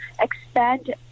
expand